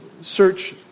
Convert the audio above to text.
search